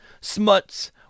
Smuts